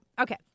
Okay